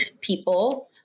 people